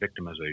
victimization